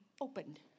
opened